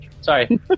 Sorry